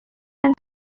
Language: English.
and